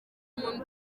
umuntu